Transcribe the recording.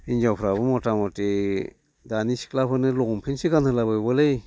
हिन्जावफ्राबो मथा मथि दानि सिख्लाफोरनो लंपेन्टसो गानहोला बायबायलै